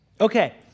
Okay